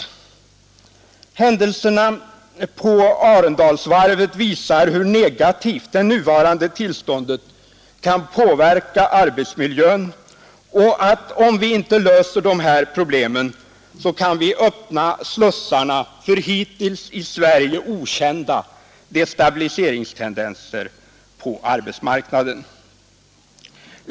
Händelserna på Arendalsvarvet visar hur negativt det nuvarande tillståndet kan påverka arbetsmiljön och att vi, om vi inte löser de här problemen, kan öppna slussarna för hittills i Sverige okända destabiliseringstendenser på arbetsmarknaden.